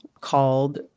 called